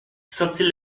sentit